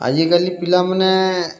ଆଜିକାଲି ପିଲା ମାନେ